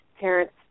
parents